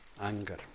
anger